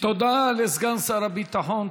תודה לסגן שר הביטחון.